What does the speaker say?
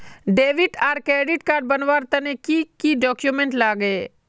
Debit आर credit card बनवार तने की की डॉक्यूमेंट लागे?